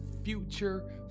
future